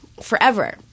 forever